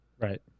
right